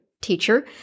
teacher